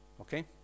okay